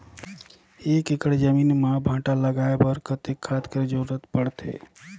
एक एकड़ जमीन म भांटा लगाय बर कतेक खाद कर जरूरत पड़थे?